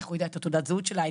איך הוא יידע את תעודת הזהות שלה,